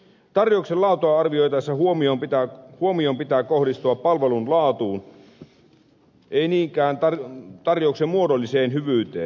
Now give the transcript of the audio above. tarjouksen laatua arvioitaessa huomion pitää kohdistua palvelun laatuun ei niinkään tarjouksen muodolliseen hyvyyteen